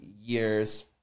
years